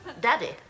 Daddy